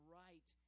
right